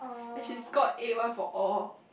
then she scored A one for all